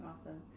Awesome